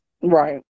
Right